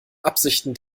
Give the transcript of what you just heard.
absichten